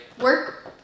work